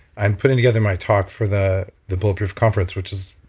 i'm putting together my talk for the the bulletproof conference, which is,